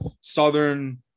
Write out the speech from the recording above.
Southern